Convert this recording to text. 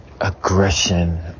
aggression